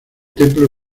templo